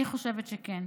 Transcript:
אני חושבת שכן.